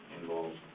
involved